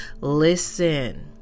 Listen